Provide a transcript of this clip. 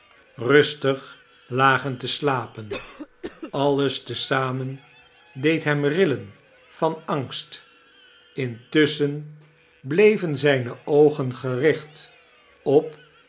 rustig lagen te slapen alles te zamen deed hem rillen van angst intusschen bleven zijne oogen gericht op